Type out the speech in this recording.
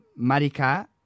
Marica